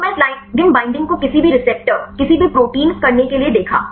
तो मैं इस ligand बईंडिंग को किसी भी रिसेप्टर किसी भी प्रोटीन करने के लिए दिखा